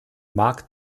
markt